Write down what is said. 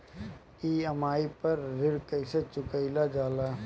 EMI पर ऋण कईसे चुकाईल जाला?